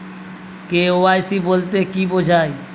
KYC বলতে কি বোঝায়?